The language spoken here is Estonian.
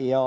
Ja